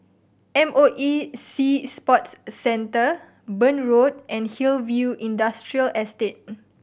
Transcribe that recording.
M O E Sea Sports Centre Burn Road and Hillview Industrial Estate